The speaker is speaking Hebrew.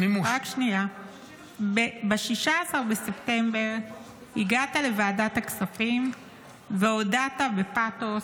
ב-16 בספטמבר הגעת לוועדת הכספים והודעת בפתוס